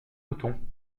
mouton